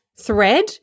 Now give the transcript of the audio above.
thread